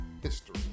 history